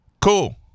Cool